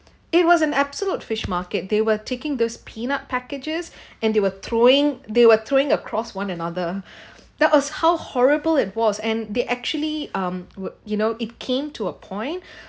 it was an absolute fish market they were taking those peanut packages and they were throwing they were throwing across one another that was how horrible it was and they actually um would you know it came to a point